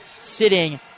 sitting